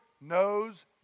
knows